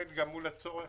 אותם מומחים הם אנשי ציבור.